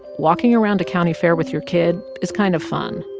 walking around a county fair with your kid is kind of fun.